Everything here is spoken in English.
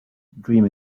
dream